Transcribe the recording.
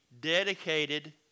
dedicated